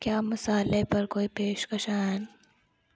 क्या मसाले पर कोई पेशकशां हैन